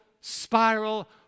spiral